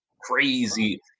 Crazy